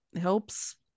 helps